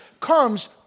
comes